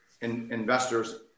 investors